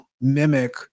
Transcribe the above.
mimic